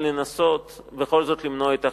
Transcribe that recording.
לנסות בכל זאת למנוע את החיכוך.